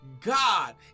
God